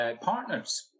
partners